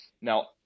Now